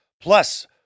plus